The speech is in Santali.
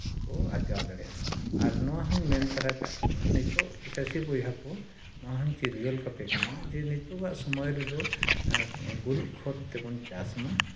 ᱠᱚ ᱟᱨᱡᱟᱣ ᱫᱟᱲᱮᱭᱟᱜᱼᱟ ᱟᱨ ᱱᱚᱣᱟ ᱦᱩᱧ ᱢᱮᱱ ᱛᱟᱨᱟ ᱠᱟᱜ ᱠᱟᱱᱟ ᱱᱤᱛᱳᱜ ᱪᱟᱹᱥᱤ ᱵᱚᱭᱦᱟ ᱠᱚ ᱱᱚᱣᱟᱦᱩᱧ ᱪᱤᱨᱜᱟᱹᱞ ᱠᱟᱯᱮ ᱠᱟᱱᱟ ᱡᱮ ᱱᱤᱛᱳᱜᱟᱜ ᱥᱚᱢᱚᱭ ᱨᱮᱫᱚ ᱜᱩᱨᱤᱡᱽ ᱠᱷᱚᱛ ᱛᱮᱵᱚᱱ ᱪᱟᱥ ᱢᱟ